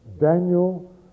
Daniel